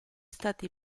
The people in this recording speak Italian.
stati